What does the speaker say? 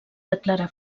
declara